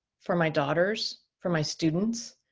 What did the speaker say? for my daughters, for my students,